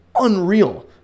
unreal